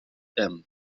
them